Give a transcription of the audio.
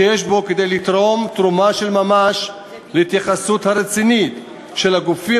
שיש בו תרומה של ממש להתייחסות הרצינית של הגופים